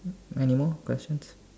any more questions